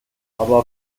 aber